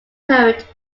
poet